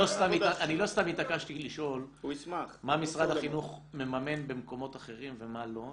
סתם התעקשתי לשאול מה משרד החינוך מממן במקומות אחרים ומה לא,